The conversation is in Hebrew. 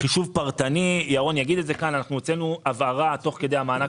חישוב פרטני הוצאנו הבהרה תוך כדי המענק